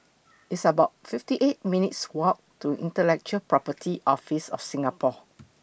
It's about fifty eight minutes' Walk to Intellectual Property Office of Singapore